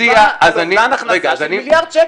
אובדן הכנסה של מיליארד שקל.